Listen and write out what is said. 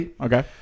okay